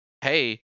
hey